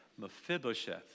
Mephibosheth